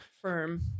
firm